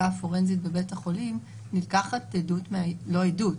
הפורנזית בבית החולים נלקחת עדות לא עדות,